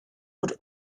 would